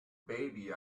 baby